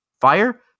fire